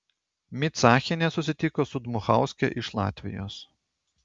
micachienė susitiko su dmuchauske iš latvijos